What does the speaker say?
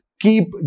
keep